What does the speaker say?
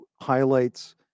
highlights